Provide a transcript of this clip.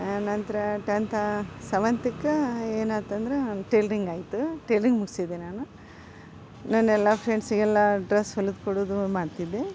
ಆನಂತರ ಟೆಂತ ಸೆವೆಂತಕೆ ಏನಾಯ್ತು ಅಂದ್ರೆ ಟೈಲ್ರಿಂಗಾಯಿತು ಟೈಲ್ರಿಂಗ್ ಮುಗಿಸಿದೆ ನಾನು ನನ್ನೆಲ್ಲ ಫ್ರೆಂಡ್ಸಿಗೆಲ್ಲ ಡ್ರೆಸ್ ಹೊಲಿದು ಕೊಡುವುದು ಮಾಡ್ತಿದ್ದೆ